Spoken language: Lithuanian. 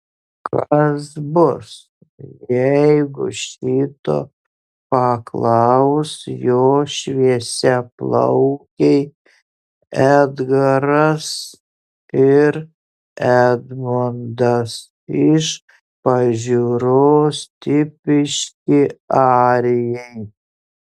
kas bus jeigu šito paklaus jo šviesiaplaukiai edgaras ir edmondas iš pažiūros tipiški arijai